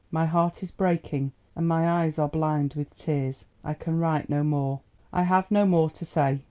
my heart is breaking and my eyes are blind with tears i can write no more i have no more to say.